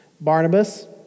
Barnabas